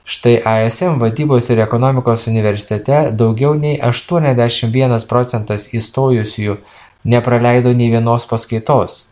štai aiesem vadybos ir ekonomikos universitete daugiau nei aštuoniasdešim vienas procentas įstojusiųjų nepraleido nei vienos paskaitos